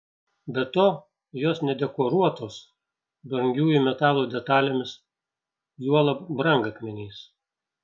be to jos nedekoruotos brangiųjų metalų detalėmis juolab brangakmeniais